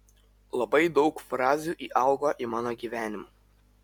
labai daug frazių įaugo į mano gyvenimą